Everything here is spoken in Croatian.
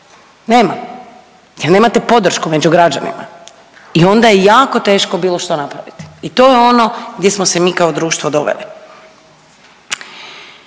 nema jer nemate podršku među građanima i onda je jako teško bilo što napraviti i to je ono gdje smo se mi kao društvo doveli.